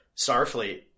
Starfleet